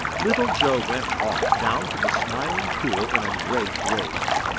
little joe went off down to the smiling pool in a great rage.